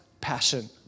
passion